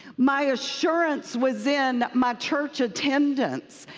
my assurance was in my church attendance,